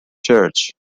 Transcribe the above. church